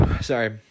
sorry